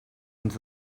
into